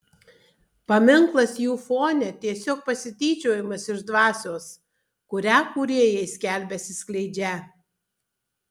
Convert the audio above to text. paminklas jų fone tiesiog pasityčiojimas iš dvasios kurią kūrėjai skelbiasi skleidžią